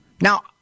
Now